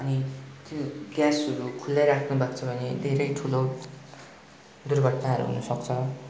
अनि त्यो ग्यासहरू खुल्लै राख्नु भएको छ भने धेरै ठुलो दुर्घटनाहरू हुन सक्छ